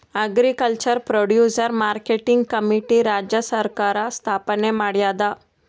agriculture producer marketing committee ರಾಜ್ಯ ಸರ್ಕಾರ್ ಸ್ಥಾಪನೆ ಮಾಡ್ಯಾದ